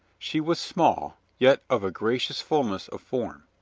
she was small, yet of a gracious fullness of form.